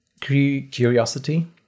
curiosity